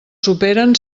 superen